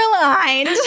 aligned